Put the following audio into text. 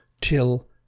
till